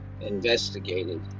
investigated